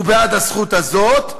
ובעד הזכות הזאת,